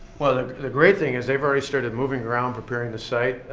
well, the the great thing is, they've already started moving around, preparing the site.